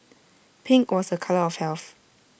pink was A colour of health